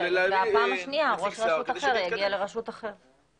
והפעם השנייה ראש רשות אחר יגיע לרשות אחרת.